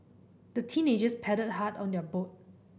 the teenagers paddled hard on their boat